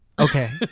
Okay